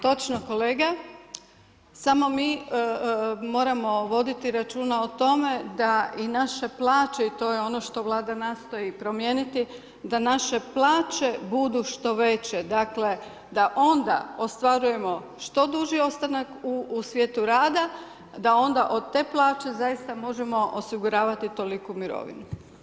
Točno kolega, samo mi moramo voditi računa o tome da i naše plaće, i to je ono što vlada nastoji promijeniti, da naše plaće budu što veće, da onda ostvarujemo što duži ostanak u svijetu rada, da onda od te plaće zaista možemo osiguravati toliku mirovinu.